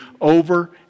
over